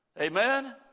Amen